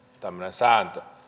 sääntö